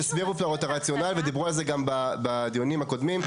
הסבירו פה את הרציונל ודיברו על זה גם בדיונים הקודמים.